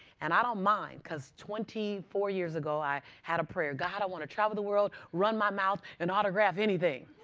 and i don't mind. because twenty four years ago, i had a prayer. god, i want to travel the world, run my mouth, and autograph anything.